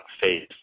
phase